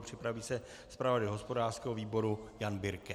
Připraví se zpravodaj hospodářského výboru Jan Birke.